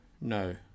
no